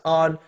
on